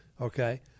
Okay